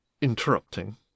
interrupting